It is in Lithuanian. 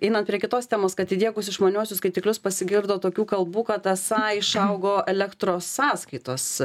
einant prie kitos temos kad įdiegus išmaniuosius skaitiklius pasigirdo tokių kalbų kad esą išaugo elektros sąskaitos